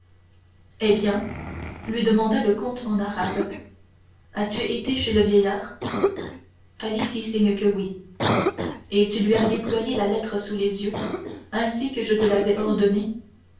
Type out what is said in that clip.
eh bien lui demanda le comte en arabe as-tu été chez le vieillard ali fit signe que oui et tu lui as déployé la lettre sous les yeux ainsi que je te l'avais ordonné